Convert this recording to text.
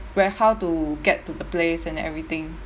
where how to get to the place and everything